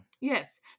yes